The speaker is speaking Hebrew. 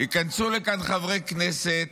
ייכנסו לכאן חברי כנסת,